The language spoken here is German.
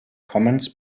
commons